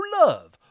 love